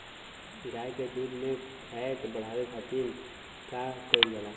गाय के दूध में फैट बढ़ावे खातिर का कइल जाला?